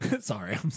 Sorry